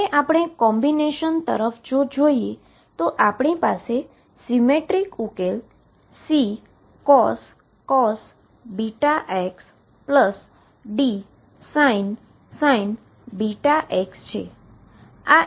હવે આપણે કોમ્બીનેશન તરફ જો જોઈએ તો આપણી પાસે સીમેટ્રીક ઉકેલ Ccos βx Dsin βx છે